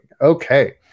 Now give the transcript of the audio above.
Okay